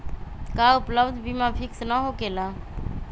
का उपलब्ध बीमा फिक्स न होकेला?